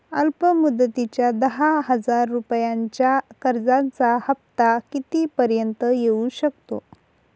अल्प मुदतीच्या दहा हजार रुपयांच्या कर्जाचा हफ्ता किती पर्यंत येवू शकतो?